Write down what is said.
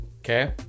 Okay